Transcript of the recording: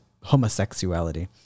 homosexuality